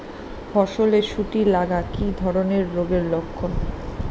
ফসলে শুটি লাগা কি ধরনের রোগের লক্ষণ?